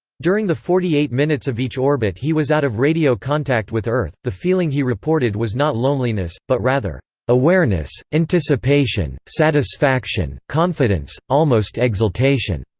during the forty eight minutes of each orbit he was out of radio contact with earth, the feeling he reported was not loneliness, but rather awareness, anticipation, satisfaction, confidence, almost exultation.